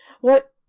What—